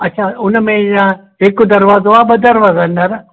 अच्छा उन में इहा हिकु दरवाजो आहे ॿ दरवाजा आहिनि दादा